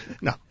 No